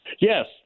Yes